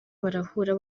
barahura